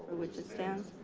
which it stands,